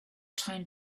trying